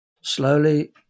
Slowly